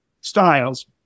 styles